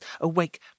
awake